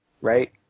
right